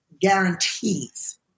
guarantees